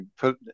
put